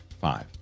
Five